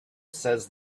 says